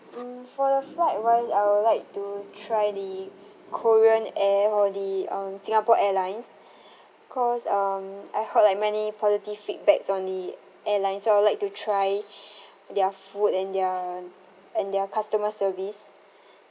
mm for the flight wise I would like to try the korean air or the um singapore airlines cause um I heard like many positive feedbacks on the airline so I would like to try their food and their and their customer service